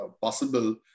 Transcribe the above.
possible